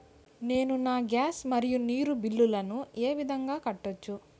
నేను నా గ్యాస్, మరియు నీరు బిల్లులను ఏ విధంగా కట్టొచ్చు?